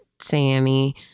Sammy